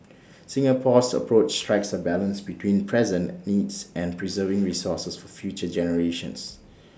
Singapore's approach strikes A balance between present needs and preserving resources for future generations